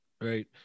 right